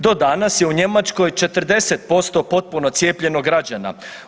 Do danas je u Njemačkoj 40% potpuno cijepljenih građana.